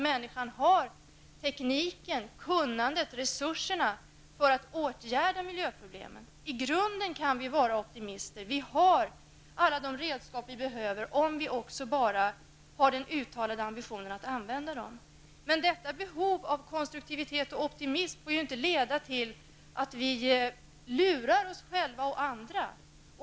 Människan har tekniken, kunnandet, resurserna för att åtgärda miljöproblemen. Vi kan i grunden vara optimister. Vi har alla de redskap vi behöver om vi också har den uttalade ambitionen att använda dem. Men detta behov av optimism och av att vara konstruktiv får inte leda till att vi lurar oss själva och andra.